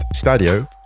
Stadio